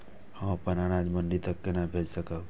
हम अपन अनाज मंडी तक कोना भेज सकबै?